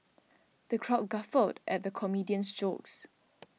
the crowd guffawed at the comedian's jokes